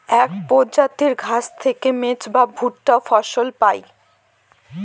এক প্রজাতির ঘাস থেকে মেজ বা ভুট্টা ফসল পায়